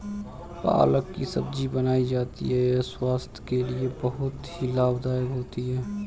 पालक की सब्जी बनाई जाती है यह स्वास्थ्य के लिए बहुत ही लाभदायक होती है